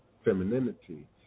femininity